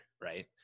right